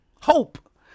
hope